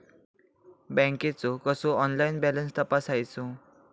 बँकेचो कसो online balance तपासायचो?